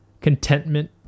Contentment